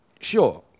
sure